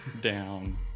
down